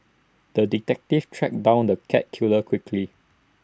the detective tracked down the cat killer quickly